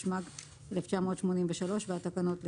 תשמ"ג-1983 והתקנות לפיו".